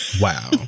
Wow